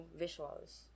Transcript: visuals